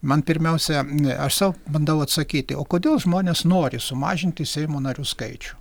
man pirmiausia mne aš sau bandau atsakyti o kodėl žmonės nori sumažinti seimo narių skaičių